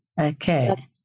Okay